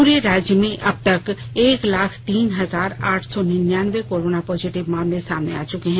पुरे राज्य में अबतक एक लाख तीन हजार आठ सौ निन्यान्बे कोरोना पॉजिटिव मामले सामने आ चुके हैं